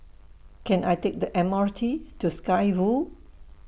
Can I Take The Mr T to Sky Road